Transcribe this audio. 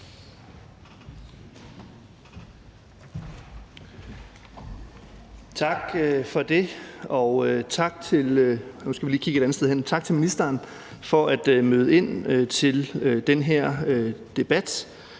Tak for det, og tak til ministeren for at møde ind til den her